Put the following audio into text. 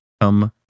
come